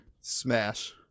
Smash